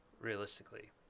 realistically